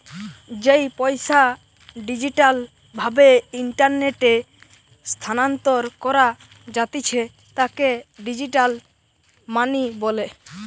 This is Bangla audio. যেই পইসা ডিজিটাল ভাবে ইন্টারনেটে স্থানান্তর করা জাতিছে তাকে ডিজিটাল মানি বলে